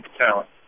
talent